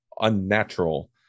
unnatural